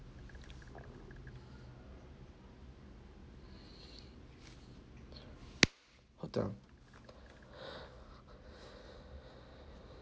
hotel